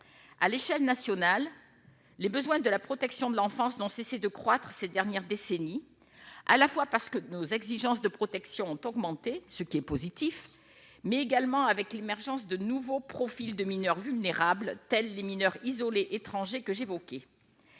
à l'échelle nationale, les besoins de la protection de l'enfance d'ont cessé de croître ces dernières décennies, à la fois parce que nos exigences de protection ont augmenté, ce qui est positif, mais également avec l'émergence de nouveaux profils de mineurs vulnérables tels les mineurs isolés étrangers que j'évoquais,